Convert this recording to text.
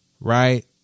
Right